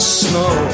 snow